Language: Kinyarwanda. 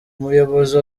umuyobozi